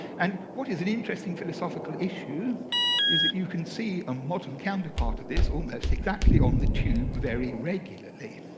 and what is an interesting philosophical issue is that you can see a modern counterpart of this, almost exactly, on the tube very regularly.